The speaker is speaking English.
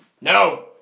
No